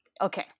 Okay